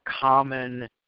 common